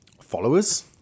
followers